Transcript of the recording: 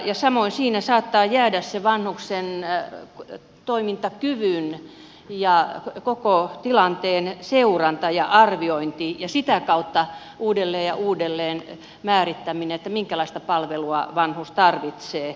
samoin siinä saattaa jäädä vanhuksen toimintakyvyn ja koko tilanteen seuranta ja arviointi ja sitä kautta uudelleen ja uudelleen sen määrittäminen minkälaista palvelua vanhus tarvitsee